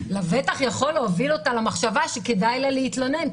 לבטח יכולה להוביל אותה למחשבה שכדאי לה להתלונן,